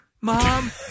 Mom